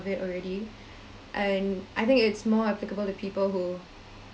of it already and I think it's more applicable to people who